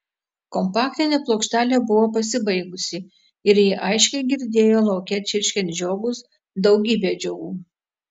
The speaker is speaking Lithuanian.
kompaktinė plokštelė buvo pasibaigusi ir ji aiškiai girdėjo lauke čirškiant žiogus daugybę žiogų